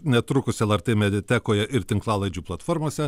netrukus lrt mediatekoje ir tinklalaidžių platformose